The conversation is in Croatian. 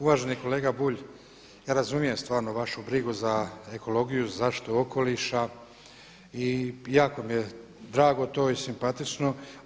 Uvaženi kolega Bulj, ja razumijem stvarno vašu brigu za ekologiju, za zaštitu okoliša i jako mi je drago to i simpatično.